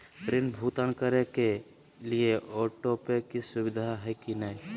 ऋण भुगतान करे के लिए ऑटोपे के सुविधा है की न?